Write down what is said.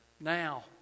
now